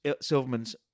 Silverman's